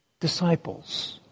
disciples